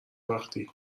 وقتی